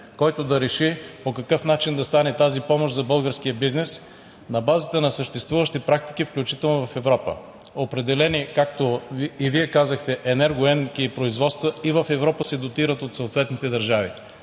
който да реши по какъв начин да стане тази помощ за българския бизнес на базата на съществуващи практики, включително в Европа – определени, както и Вие казахте, енергоемки производства и в Европа се дотират от съответните държави.